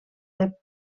del